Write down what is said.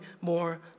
more